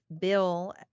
bill